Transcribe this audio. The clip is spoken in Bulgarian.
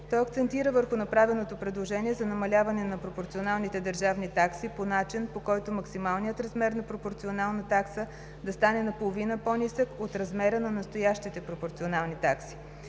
Той акцентира върху направеното предложение за намаляване на пропорционалните държавни такси по начин, по който максималният размер на пропорционална такса да стане наполовина по-нисък от размера на настоящите пропорционални такси.